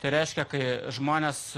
tai reiškia kai žmonės